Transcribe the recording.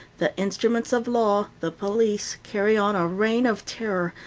the instruments of law, the police, carry on a reign of terror,